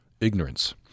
ignorance